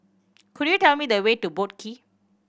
could you tell me the way to Boat Quay